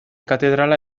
katedrala